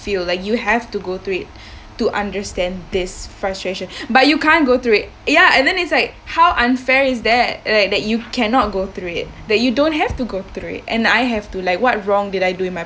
feel like you have to go through it to understand this frustration but you can't go through it ya and then it's like how unfair is that like that you cannot go through it that you don't have to go through and I have to like what wrong did I do in my